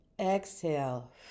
Exhale